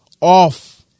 off